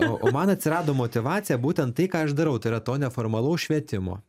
o man atsirado motyvacija būtent tai ką aš darau tai yra to neformalaus švietimo